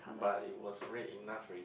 but it was red enough already